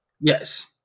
Yes